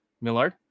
Millard